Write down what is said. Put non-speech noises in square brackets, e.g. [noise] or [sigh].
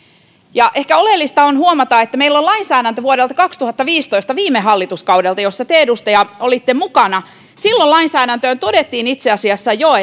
ehkä oleellista on huomata että meillä on lainsäädäntö vuodelta kaksituhattaviisitoista viime hallituskaudelta ja te edustaja olitte siinä mukana silloin lainsäädäntöön todettiin itse asiassa jo [unintelligible]